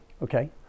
Okay